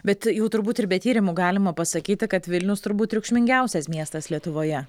bet jau turbūt ir be tyrimų galima pasakyti kad vilnius turbūt triukšmingiausias miestas lietuvoje